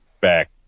Back